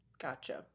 Gotcha